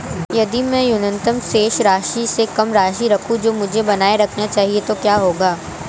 यदि मैं न्यूनतम शेष राशि से कम राशि रखूं जो मुझे बनाए रखना चाहिए तो क्या होगा?